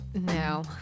no